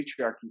patriarchy